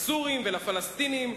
לסורים ולפלסטינים,